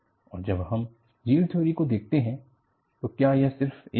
और जब हम यील्ड थ्योरी को देखते हैं तो क्या यह सिर्फ एक हैं